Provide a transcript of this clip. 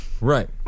Right